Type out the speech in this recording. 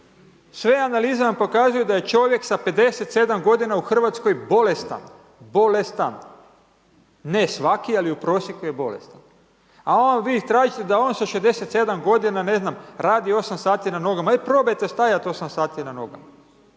Sve analize vam pokazuju da je čovjek sa 57 g. u Hrvatskoj bolesti, bolestan, ne svaki, ali u prosjeku je bolestan. A on, vi tražite da on sa 67 g. ne zna radi 8 sati na nogama. Ajde probajte stajati 8 sati na nogama.